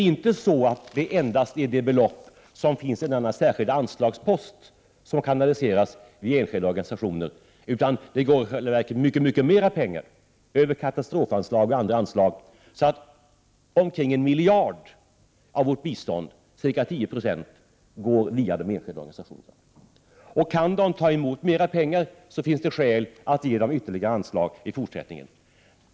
29 Inte endast det belopp som finns i denna särskilda anslagspost kanaliseras via enskilda organisationer, utan det gör i själva verket mycket mycket mera pengar, över katastrofanslag och andra anslag. Omkring en miljard av vårt bistånd, ca 10 96, går via de enskilda organisationerna. Kan de ta emot mera pengar, finns det skäl att ge dem ytterligare anslag i fortsättningen.